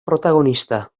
protagonista